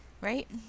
Right